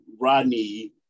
Rodney